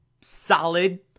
solid